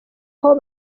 aho